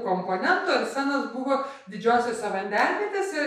komponento arsenas buvo didžiosiose vandenvietėse